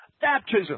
baptism